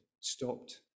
stopped